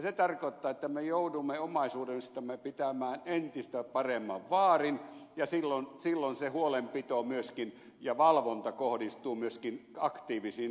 se tarkoittaa että me joudumme omaisuudestamme pitämään entistä paremman vaarin ja silloin se huolenpito ja valvonta kohdistuu myöskin aktiivisiin toimijoihin